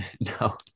No